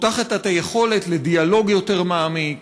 פותחת את היכולת לדיאלוג יותר מעמיק,